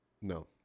no